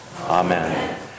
Amen